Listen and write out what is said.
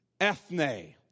ethne